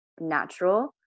natural